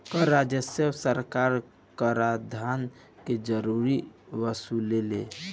कर राजस्व सरकार कराधान के जरिए वसुलेले